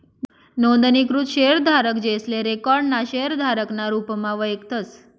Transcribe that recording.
नोंदणीकृत शेयरधारक, जेसले रिकाॅर्ड ना शेयरधारक ना रुपमा वयखतस